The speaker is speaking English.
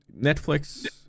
Netflix